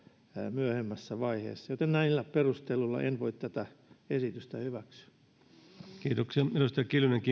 myöhemmässä vaiheessa mutta näillä perusteluilla en voi tätä esitystä hyväksyä